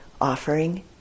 offering